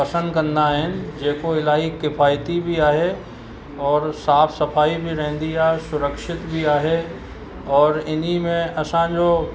पसंदि कंदा आहिनि जेको इलाही किफ़ाइती बि आहे और साफ़ सफ़ाई बि रहंदी आहे सुरक्षित बि आहे और इनमें असांजो